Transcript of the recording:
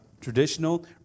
traditional